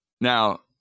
Now